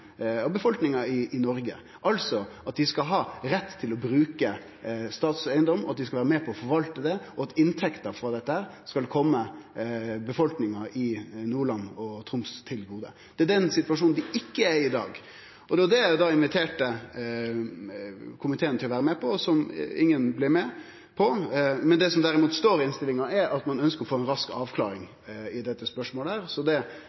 av befolkninga i Noreg, altså at dei skal ha rett til å bruke statseigedomen, at dei skal vere med på å forvalte han, og at inntekta frå dette skal kome befolkninga i Nordland og Troms til gode. Den situasjonen er vi ikkje i i dag. Og det var det eg inviterte komiteen til å bli med på, og som ingen blei med på. Det som derimot står i innstillinga, er at ein ønskjer å få ei rask avklaring i dette spørsmålet. Det